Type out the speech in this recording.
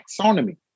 taxonomy